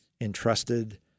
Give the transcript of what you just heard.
entrusted